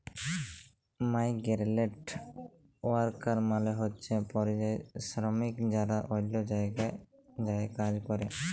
migrant worker মালে হছে পরিযায়ী শরমিক যারা অল্য জায়গায় যাঁয়ে কাজ ক্যরে